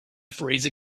freezer